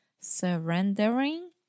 surrendering